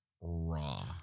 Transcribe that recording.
raw